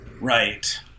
Right